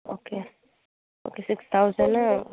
okay okay six thousand